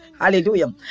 hallelujah